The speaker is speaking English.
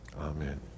Amen